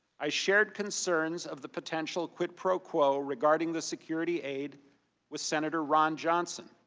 i shared concerns of the potential quid pro quo regarding the security aid with senator ron johnson.